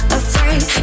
afraid